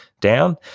down